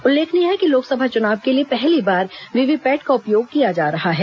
उल्लेखनीय है कि लोकसभा चुनाव के लिए पहली बार वीवीपैट का उपयोग किया जा रहा है